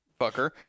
fucker